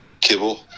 kibble